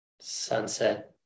sunset